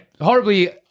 horribly